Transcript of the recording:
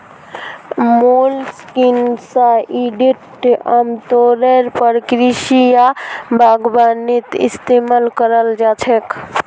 molluscicides आमतौरेर पर कृषि या बागवानीत इस्तमाल कराल जा छेक